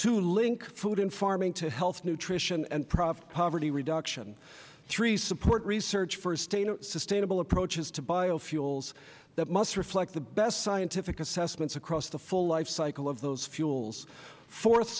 two link food and farming to health nutrition and poverty reduction three support research for sustainable approaches to biofuels that must reflect the best scientific assessments across the full life cycle of those fuels fourth